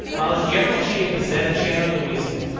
while his general shape is that of shadow the weasel,